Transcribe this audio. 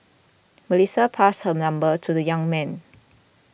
Melissa passed her number to the young man